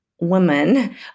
woman